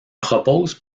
propose